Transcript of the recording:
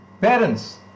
Parents